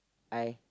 I